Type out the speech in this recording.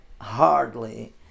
hardly